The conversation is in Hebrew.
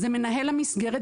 זה מנהל המסגרת,